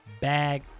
bag